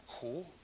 cool